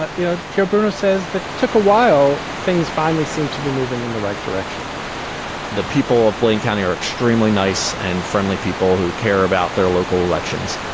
but you know, joe bruno says that took a while. things finally seem to be moving in the right direction the people of blaine county are extremely nice and friendly, people who care about their local elections.